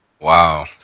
Wow